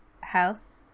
house